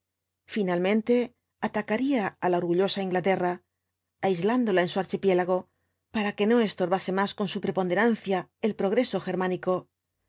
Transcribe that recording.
finalmente atacaría á la orgullosa inglaterra aislándola en su archipiélago para que no estorbase más con su preponderancia el progreso germánico